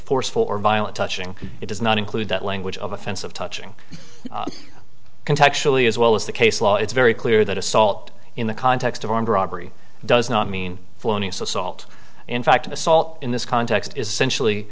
forceful or violent touching it does not include that language of offensive touching contractually as well as the case law it's very clear that assault in the context of armed robbery does not mean flowing so salt in fact assault in this context is essentially